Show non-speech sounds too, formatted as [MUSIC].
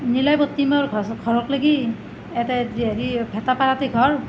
[UNINTELLIGIBLE] ঘৰকলেগি ইয়াতে [UNINTELLIGIBLE] ভেটাপাৰাতে ঘৰ